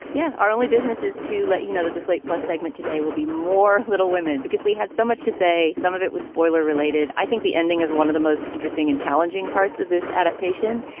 yeah. our only business is to let you know that the slate plus segment today will be more little women because we had so much to say. some of it was spoiler related. i think the ending is one of the most interesting and challenging parts of this adaptation.